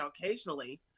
occasionally